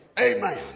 Amen